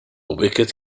wicket